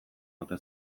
ote